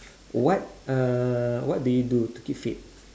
what uh what do you do to keep fit